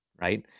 right